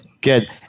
Good